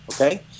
okay